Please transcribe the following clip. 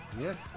Yes